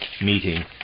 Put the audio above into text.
meeting